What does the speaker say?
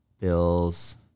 bills